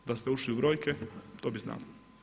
Da ste ušli u brojke to bi znali.